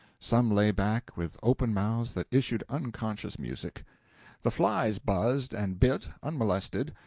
some lay back with open mouths that issued unconscious music the flies buzzed and bit, unmolested,